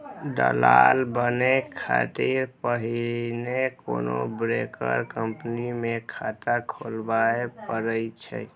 दलाल बनै खातिर पहिने कोनो ब्रोकर कंपनी मे खाता खोलबय पड़ै छै